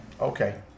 Okay